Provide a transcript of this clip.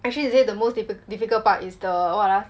actually she say the most difficult part is the what ah